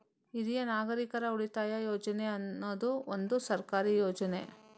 ಹಿರಿಯ ನಾಗರಿಕರ ಉಳಿತಾಯ ಯೋಜನೆ ಅನ್ನುದು ಒಂದು ಸರ್ಕಾರಿ ಯೋಜನೆ